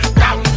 down